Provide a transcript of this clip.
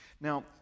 Now